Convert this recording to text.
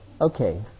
Okay